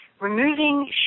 Removing